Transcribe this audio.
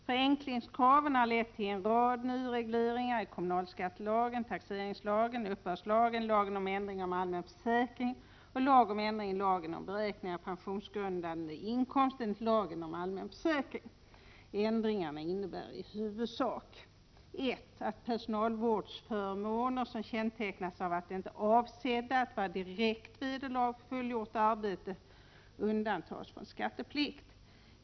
Förenklingskraven har lett till en rad nyregleringar i kommunalskattelagen, taxeringslagen, uppbördslagen, lagen om ändring i lagen om allmän försäkring och lag om ändring i lagen om beräkning av pensionsgrundande inkomst enligt lagen om allmän försäkring. 1. Att personalvårdsförmåner, som kännetecknas av att de inte är avsedda att vara direkt vederlag för fullgjort arbete, undantas från skatteplikt.